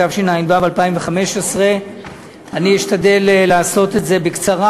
התשע"ו 2015. אני אשתדל לעשות את זה בקצרה,